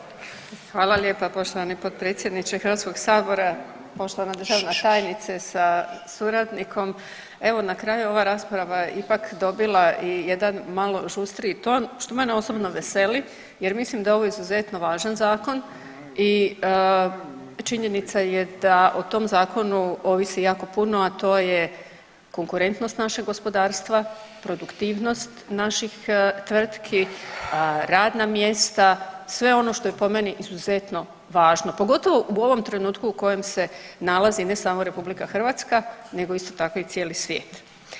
Hvala lijepa poštovani potpredsjedniče HS-a, poštovana državna tajnice sa suradnikom, evo na kraju, ova rasprava ipak dobila i jedan malo žustriji ton, što mene osobno veseli jer mislim da je ovo izuzetno važan zakon i činjenica je da o tom Zakonu ovisi jako puno, a to je konkurentnost našeg gospodarstva, produktivnost naših tvrtki, radna mjesta, sve ono što je po meni izuzetno važno, pogotovo u ovom trenutku u kojem se nalazi, ne samo RH, nego isto tako i cijeli svijet.